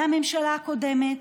מהממשלה הקודמת,